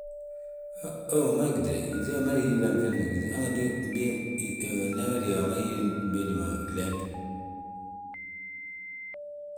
hee wi ma gitile, yíŧe amadagi hanganti mbii ndi hal ma dée amada hili mbiini ma gléet.